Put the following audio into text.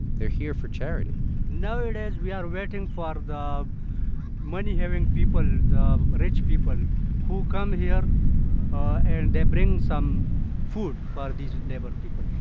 they're here for charity nowadays, we are waiting for the money-having people, the rich people and who come here and they and bring some food for these neighbor people